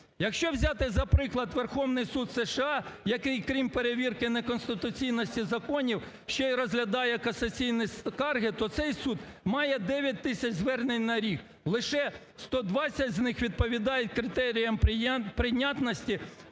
Якщо взяти за приклад Верховний Суд США, який крім перевірки не конституційності законів, ще й розглядає касаційні скарги, то цей суд має 9 тисяч звернень на рік, лише 120 з них відповідають критеріям прийнятності,